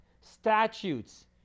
statutes